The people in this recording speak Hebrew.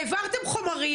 העברתם חומרים,